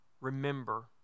remember